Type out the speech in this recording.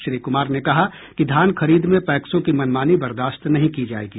श्री कुमार ने कहा कि धान खरीद में पैक्सों की मनमानी बर्दाश्त नहीं की जायेगी